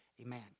Amen